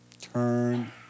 Turn